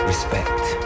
respect